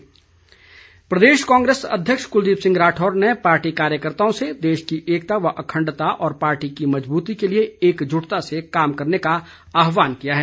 राठौर प्रदेश कांग्रेस अध्यक्ष कुलदीप राठौर ने पार्टी कार्यकर्ताओं से देश की एकता व अखंडता और पार्टी की मज़बूती के लिए एकजुटता से कार्य करने का आहवान किया है